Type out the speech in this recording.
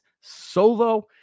solo